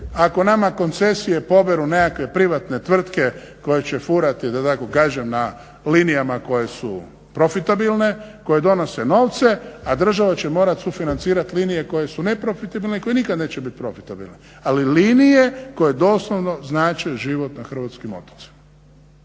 ako nama koncesije poberu nekakve privatne tvrtke koje će furati da tako kažem na linijama koje su profitabilne, koje donose novce, a država će morat sufinancirat linije koje su neprofitabilne i koje nikad neće bit profitabilne. Ali linije koje doslovno znače život na hrvatskim otocima,